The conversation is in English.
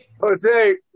Jose